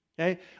okay